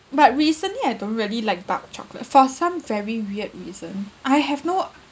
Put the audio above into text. but recently I don't really like dark chocolate for some very weird reason I have no